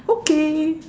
okay